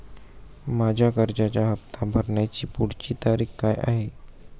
माझ्या कर्जाचा हफ्ता भरण्याची पुढची तारीख काय आहे?